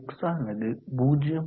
x ஆனது 0